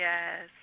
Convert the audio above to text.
Yes